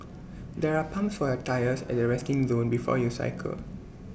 there are pumps for your tyres at the resting zone before you cycle